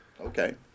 Okay